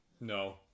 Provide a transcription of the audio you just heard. No